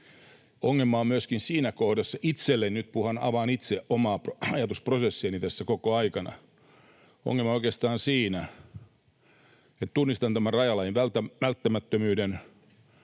Ongelma on oikeastaan siinä kohdassa — itselleni nyt puhun, avaan itse omaa ajatusprosessiani tässä koko aikana — että tunnistan tämän rajalain välttämättömyyden